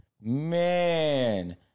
man